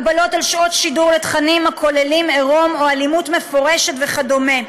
הגבלת שעות שידור לתכנים הכוללים עירום או אלימות מפורשת וכדומה.